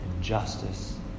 justice